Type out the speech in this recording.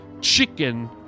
chicken